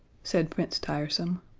said prince tiresome.